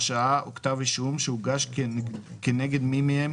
הרשעה או כתב אישום שהוגש כנגד מי מהם,